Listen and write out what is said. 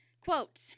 Quote